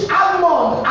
almond